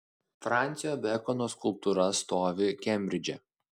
fransio bekono skulptūra stovi kembridže